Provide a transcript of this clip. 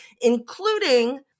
including